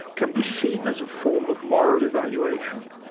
can be seen as a form of moral evaluation.